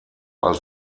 als